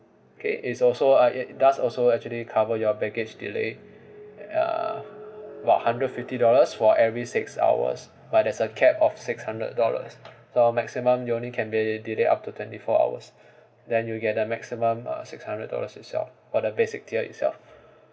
okay it's also uh it does also actually cover your baggage delay uh about hundred fifty dollars for every six hours but there's a cap of six hundred dollars for maximum you only can be delay up to twenty four hours then you get the maximum uh six hundred dollars itself for the basic tier itself